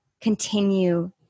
continue